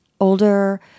older